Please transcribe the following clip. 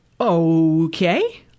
okay